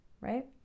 right